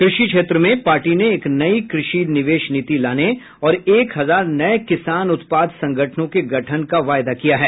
कृषि के क्षेत्र में पार्टी ने एक नई कृषि निवेश नीति लाने और एक हजार नए किसान उत्पाद संगठनों के गठन का वायदा किया है